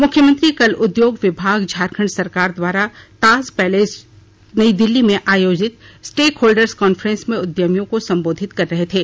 मुख्यमंत्री कल उद्योग विभाग झारखण्ड सरकार द्वारा ताज पैलेस नई दिल्ली में आयोजित स्टेकहोल्डर कॉन्फ्रेंस में उद्यमियों को संबोधित कर रहे थे